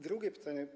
Drugie pytanie.